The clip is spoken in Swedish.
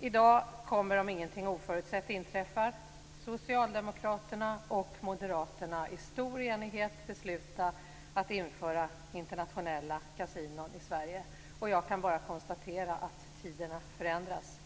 I dag kommer, om inget oförutsett inträffar, socialdemokraterna och moderaterna att i stor enighet besluta att införa internationella kasinon i Sverige. Jag kan bara konstatera att tiderna förändras.